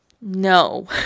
No